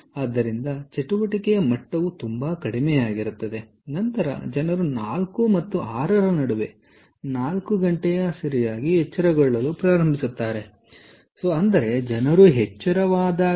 ಆದ್ದರಿಂದ ಚಟುವಟಿಕೆಯ ಮಟ್ಟವು ತುಂಬಾ ಕಡಿಮೆಯಾಗಿದೆ ಮತ್ತು ನಂತರ ಜನರು 4 ಮತ್ತು 6 ರ ನಡುವೆ ಎಚ್ಚರಗೊಳ್ಳಲು ಪ್ರಾರಂಭಿಸುತ್ತಾರೆ ಅಂದರೆ ಜನರು ಎಚ್ಚರವಾದಾಗ